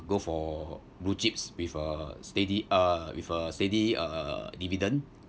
go for blue chips with a steady uh with a steady uh dividend